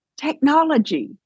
technology